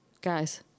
Guys